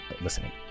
listening